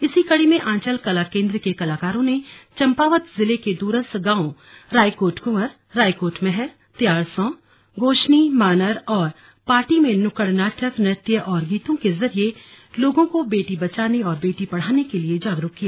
इसी कड़ी में आंचल कला केंद्र के कलाकरों ने चम्पावत जिले के दूरस्थ गांवों रायकोट कुंवर रायकोट महर त्यारसौं गोशनी मानर और पाटी में नुक्कड़ नाटक नृत्य और गीतों के जरिए लोगों को बेटी बचाने और बेटी पढ़ाने के लिए जागरूक किया